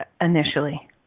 initially